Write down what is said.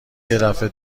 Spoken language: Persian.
یدفعه